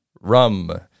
rum